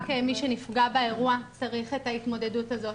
מי שנפגע באירוע צריך את ההתמודדות הזאת.